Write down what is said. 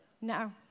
No